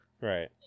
Right